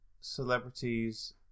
celebrities